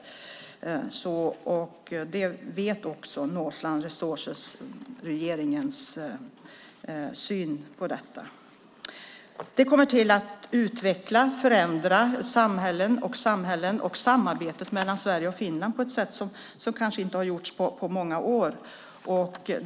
Northland Resources vet också regeringens syn på detta. Detta kommer att utveckla och förändra samhällen och samarbetet mellan Sverige och Finland på ett sätt som kanske inte har gjorts på många år.